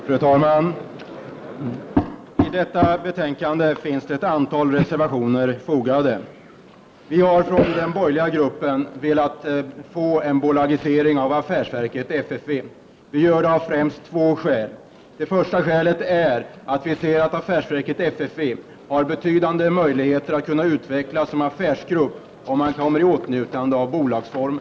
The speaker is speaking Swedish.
Fru talman! Vid detta betänkande finns ett antal reservationer fogade. Vi har från den borgerliga gruppen velat få till stånd en bolagisering av affärsverket FFV. Vi har främst två skäl. Det första skälet är att vi ser att affärsverket FFV har betydande möjligheter att kunna utvecklas som affärsgrupp om företaget kommer i åtnjutande av bolagsform.